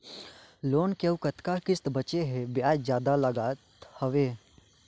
Loan के अउ कतका किस्त बांचें हे? ब्याज जादा लागत हवय,